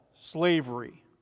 slavery